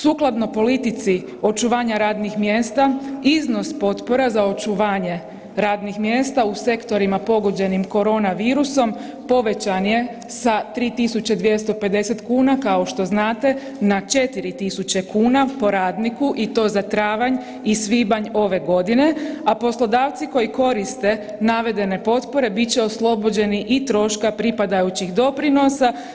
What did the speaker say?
Sukladno politici očuvanja radnih mjesta iznos potpora za očuvanje radnih mjesta u sektorima pogođenim korona virusom povećan je sa 3.250 kuna kao što znate na 4.000 kuna po radniku i to za travanj i svibanj ove godine, a poslodavci koji koriste navedene potpore bit će oslobođeni i troška pripadajućih doprinosa.